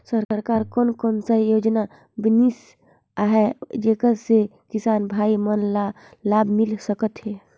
सरकार कोन कोन सा योजना बनिस आहाय जेकर से किसान भाई मन ला लाभ मिल सकथ हे?